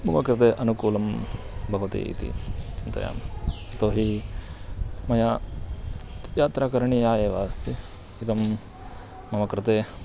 मम कृते अनुकूलं भवति इति चिन्तयामि यतो हि मया यात्रा करणीया एव अस्ति इदं मम कृते